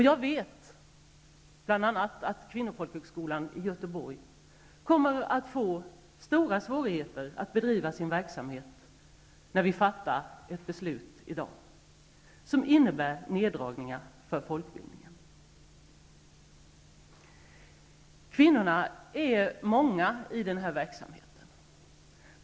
Jag vet bl.a. att kvinnofolkhögskolan i Göteborg kommer att få stora svårigheter att bedriva sin verksamhet när vi fattar ett beslut i dag som innebär neddragningar för folkbildningen. Kvinnorna är många i den här verksamheten.